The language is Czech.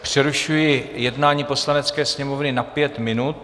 Přerušuji jednání Poslanecké sněmovny na pět minut.